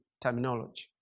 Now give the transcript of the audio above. terminology